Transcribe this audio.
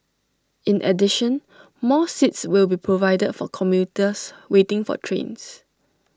in addition more seats will be provided for commuters waiting for trains